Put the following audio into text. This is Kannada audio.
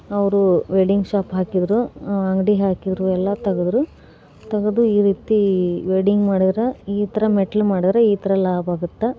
ಅವರು ವೆಲ್ಡಿಂಗ್ ಶಾಪ್ ಹಾಕಿದರು ಅಂಗಡಿ ಹಾಕಿದರು ಎಲ್ಲ ತೆಗೆದ್ರು ತೆಗೆದು ಈ ರೀತಿ ವೆಲ್ಡಿಂಗ್ ಮಾಡಿದ್ರೆ ಈ ಥರ ಮೆಟ್ಟಿಲು ಮಾಡಿದ್ರೆ ಈ ಥರ ಲಾಭ ಆಗುತ್ತೆ